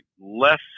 less